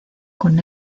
con